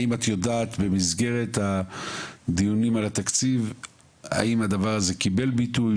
האם את יודעת במסגרת הדיונים על התקציב האם הדבר הזה קיבל ביטוי,